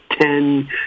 ten